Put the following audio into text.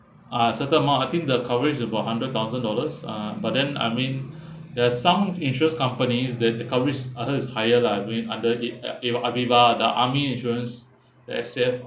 uh a certain amount I think the coverage about hundred thousand dollars uh but then I mean there's some insurance companies that their coverage others is higher lah you know under it it uh Aviva the army insurance the S_C_F